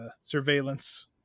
surveillance